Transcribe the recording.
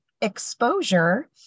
exposure